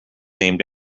named